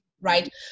right